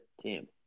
team